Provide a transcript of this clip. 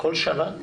כל שנה?